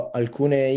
alcune